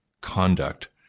conduct